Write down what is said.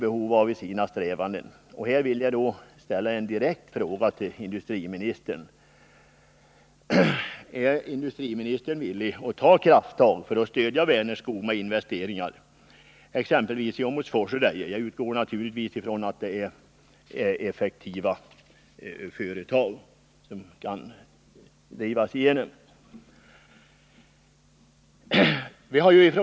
123 Här vill jag ställa en direkt fråga till industriministern: Är industriministern beredd att ta krafttag för att stödja Vänerskog genom investeringar, exempelvis i Åmotfors och Deje? Jag utgår ifrån att det är effektiva företag som byggs upp.